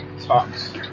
talks